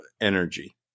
energy